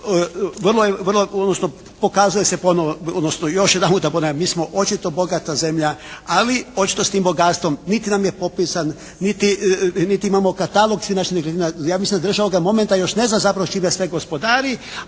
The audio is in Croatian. vrlo je, odnosno pokazuje se ponovo, odnosno još jedan puta ponavljam, mi smo očito bogata zemlja, ali očito s tim bogatstvom niti nam je popisan, niti imamo katalog svih naših nekretnina. Ja mislim da država ovoga momenta još ne zna s čime sve gospodari,